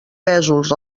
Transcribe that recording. pèsols